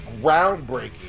groundbreaking